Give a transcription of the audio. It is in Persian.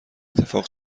اتفاق